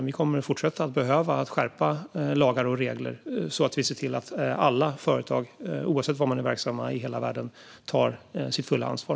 Vi kommer även i fortsättningen att behöva skärpa lagar och regler så att vi ser till att alla företag, oavsett var i världen de är verksamma, tar sitt fulla ansvar.